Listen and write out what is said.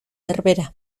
berbera